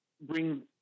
bring